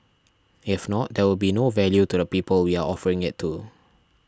if not there would be no value to the people we are offering it to